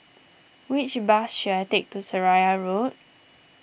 which bus should I take to Seraya Road